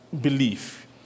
belief